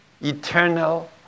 eternal